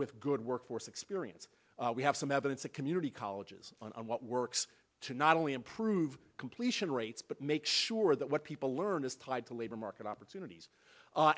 with good work force experience we have some evidence of community colleges on what works to not only improve completion rates but make sure that what people learn is tied to labor market opportunities